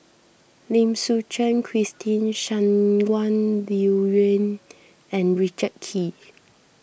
Lim Suchen Christine Shangguan Liuyun and Richard Kee